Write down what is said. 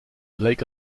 lake